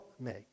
make